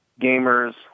gamers